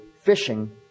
fishing